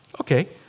Okay